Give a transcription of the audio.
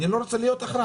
אני לא רוצה להיות אחראי.